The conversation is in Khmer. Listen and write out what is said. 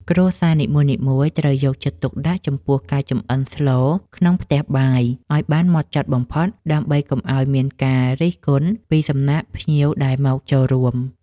គ្រួសារនីមួយៗត្រូវយកចិត្តទុកដាក់ចំពោះការចម្អិនស្លក្នុងផ្ទះបាយឱ្យបានហ្មត់ចត់បំផុតដើម្បីកុំឱ្យមានការរិះគន់ពីសំណាក់ភ្ញៀវដែលមកចូលរួម។